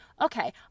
Okay